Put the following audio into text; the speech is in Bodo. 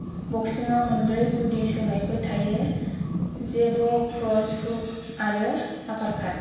बक्सिंआव मोनब्रै गुदि सौनायफोर थायो जेब' क्रस हुक आरो आपारकाट